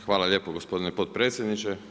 Hvala lijepo gospodine potpredsjedniče.